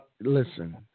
Listen